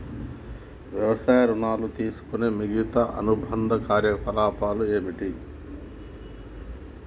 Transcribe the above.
వ్యవసాయ ఋణం తీసుకునే మిగితా అనుబంధ కార్యకలాపాలు ఏమిటి?